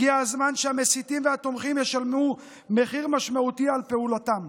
הגיע הזמן שהמסיתים והתומכים ישלמו מחיר משמעותי על פעולתם.